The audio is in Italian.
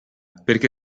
perché